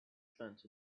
fence